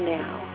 now